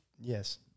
yes